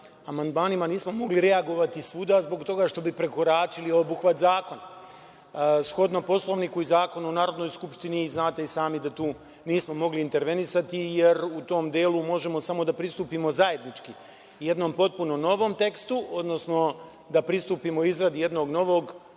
amandmanima nismo mogli reagovati svuda, zbog toga što bi prekoračili obuhvat zakona. Shodno Poslovniku i Zakonu o Narodnoj skupštini, znate i sami da tu nismo mogli intervenisati, jer u tom delu možemo samo da pristupimo zajednički jednom potpuno novom tekstu, odnosno da pristupimo izradi jednog novog